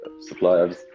suppliers